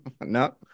No